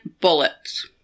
bullets